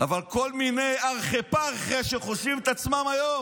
אבל כל מיני ארחי-פרחי שחושבים את עצמם היום